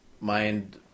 mind